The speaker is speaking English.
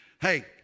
Hey